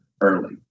early